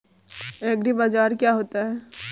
एग्रीबाजार क्या होता है?